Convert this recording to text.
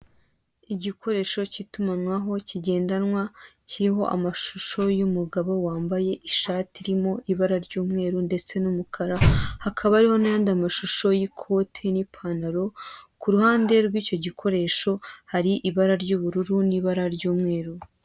Igikoresho cy'itumanaho kigendanwa, kiriho amashusho y'umugabo wambaye ishati irimo ibara ry'umweru ndetse n'umukara, hakaba ariho n'andi amashusho y'ikoti n'ipantaro, kuruhande rw'icyo gikoresho hari ibara ry'ubururu n'ibara ry'umweru.